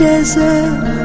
Desert